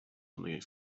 something